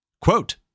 quote